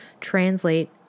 translate